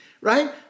right